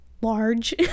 large